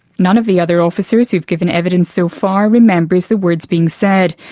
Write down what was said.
none of the other officers who've given evidence so far, remembers the words being said.